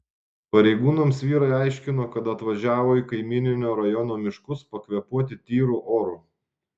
pareigūnams vyrai aiškino kad atvažiavo į kaimyninio rajono miškus pakvėpuoti tyru oru